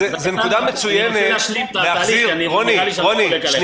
זו נקודה מצוינת להחזיר אל רוני אלשייך